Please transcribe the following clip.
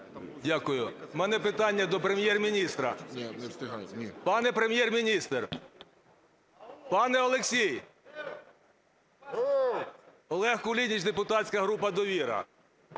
Дякую. В мене питання до Прем'єр-міністра. Пане Прем'єр-міністр, пане Олексій! Олег Кулініч, депутатська група "Довіра".